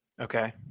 Okay